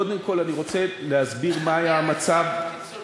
קודם כול, אני רוצה להסביר מה היה המצב במצרים.